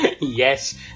Yes